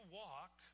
walk